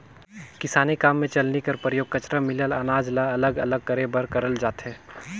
किसानी काम मे चलनी कर परियोग कचरा मिलल अनाज ल अलग अलग करे बर करल जाथे